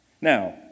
Now